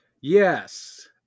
Yes